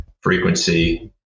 frequency